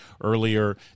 earlier